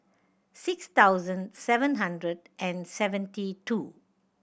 six thousand seven hundred and seventy two